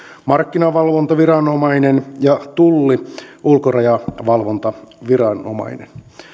markkinavalvontaviranomainen ja tulli ulkorajavalvontaviranomainen